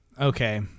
Okay